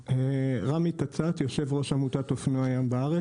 רמי טצת, יושב ראש עמותת אופנועי הים בארץ.